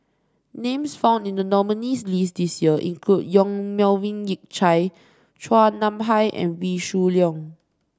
names found in the nominees' list this year include Yong Melvin Yik Chye Chua Nam Hai and Wee Shoo Leong